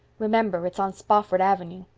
remember, it's on spofford avenue.